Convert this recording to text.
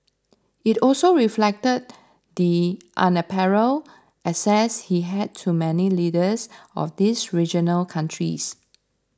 it also reflected the unparalleled access he had to many leaders of these regional countries